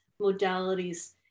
modalities